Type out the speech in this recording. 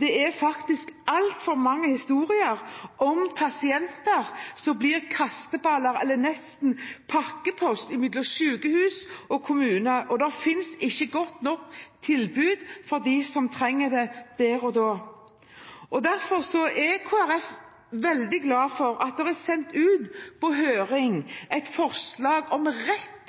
det er faktisk altfor mange historier om pasienter som blir kasteballer, eller nesten pakkepost, mellom sykehus og kommuner. Det finnes ikke godt nok tilbud for dem som trenger det der og da. Derfor er Kristelig Folkeparti veldig glad for at et forslag om rett til sykehjemsplass for dem som trenger det etter medisinske kriterier, er sendt ut på høring,